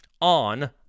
on